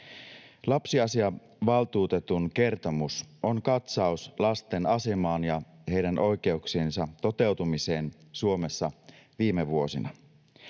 Lapsiasiavaltuutetun kertomus on katsaus lasten asemaan ja heidän oikeuksiensa toteutumiseen Suomessa viime vuosina.